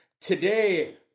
Today